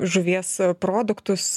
žuvies produktus